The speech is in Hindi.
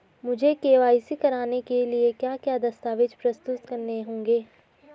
मुझे के.वाई.सी कराने के लिए क्या क्या दस्तावेज़ प्रस्तुत करने होंगे?